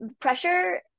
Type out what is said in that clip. pressure